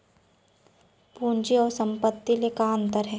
पूंजी अऊ संपत्ति ले का अंतर हे?